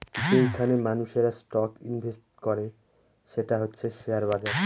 যেইখানে মানুষেরা stock invest করে সেটা হচ্ছে শেয়ার বাজার